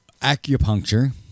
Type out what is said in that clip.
acupuncture